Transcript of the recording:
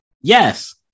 Yes